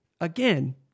Again